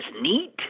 neat